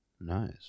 nice